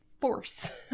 force